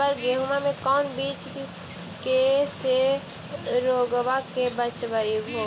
अबर गेहुमा मे कौन चीज के से रोग्बा के बचयभो?